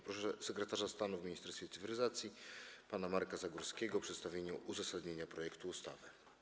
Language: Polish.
Proszę sekretarza stanu w Ministerstwie Cyfryzacji pana Marka Zagórskiego o przedstawienie uzasadnienia projektu ustawy.